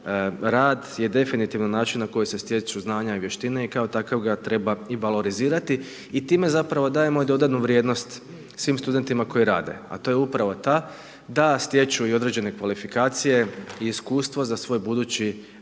rad je definitivno način na koji se stječu znanja i vještine i kao takav ga treba i valorizirati i time zapravo dajemo i dodanu vrijednost svim studentima koji rade, a to je upravo ta da stječu i određene kvalifikacije i iskustvo za svoj budući